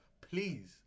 Please